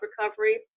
recovery